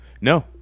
No